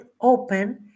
open